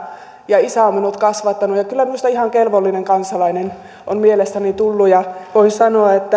ja isä on minut kasvattanut ja kyllä minusta ihan kelvollinen kansalainen on mielestäni tullut voin sanoa että hyvän